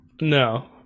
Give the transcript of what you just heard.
No